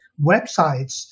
websites